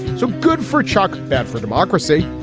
so good for chuck. bad for democracy.